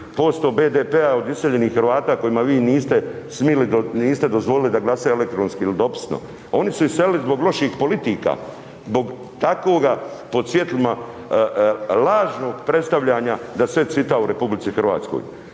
6% BDP-a od iseljenih Hrvata kojima vi niste smili, niste dozvoli da glasaju elektronski ili dopisno, oni su iselili zbog loših politika, zbog takvoga pod svjetlima lažnog predstavljanja da sve cvita u RH.